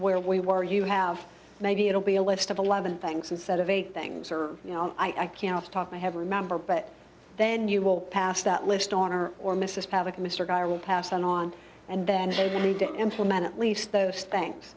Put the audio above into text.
where we were you have maybe it'll be a list of eleven things instead of eight things or you know i can't talk i have remember but then you will pass that list on or or mrs pavlik mr guy will pass on on and then they need to implemented at least those things